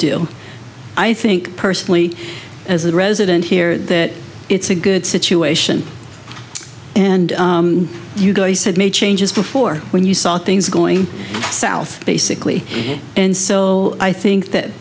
do i think personally as a resident here that it's a good situation and you go he said made changes before when you saw things going south basically and so i think that